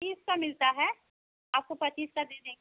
तीस का मिलता है आपको पचीस का दे देंगे